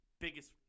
Biggest